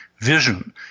vision